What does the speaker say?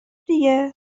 دیگه